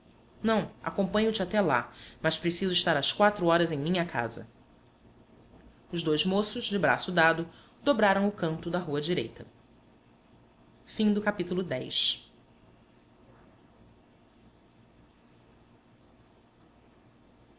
não acompanho te até lá mas preciso estar às quatro horas em minha casa os dois moços de braço dado dobraram o canto da rua direita seguiram pela